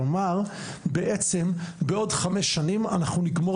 כלומר בעצם בעוד חמש שנים אנחנו נגמור